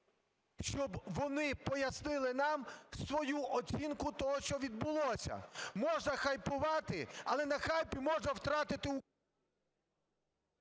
щоб вони пояснили нам свою оцінку того, що відбулося. Можна хайпувати, але на хайпі можна втратити…